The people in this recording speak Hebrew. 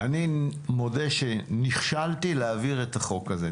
אני מודה שנכשלתי להעביר את החוק הזה.